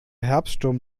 herbststurm